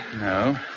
No